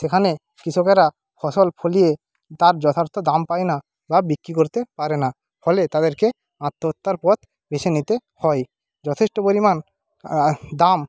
সেখানে কৃষকেরা ফসল ফলিয়ে তার যথার্থ দাম পায় না বা বিক্রি করতে পারে না ফলে তাদেরকে আত্মহত্যার পথ বেছে নিতে হয় যথেষ্ট পরিমাণ দাম